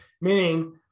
Meaning